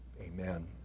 amen